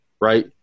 right